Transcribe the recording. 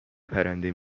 پرنده